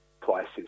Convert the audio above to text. prices